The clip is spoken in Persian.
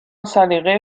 سلیقه